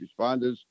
responders